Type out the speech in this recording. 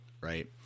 Right